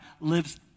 lives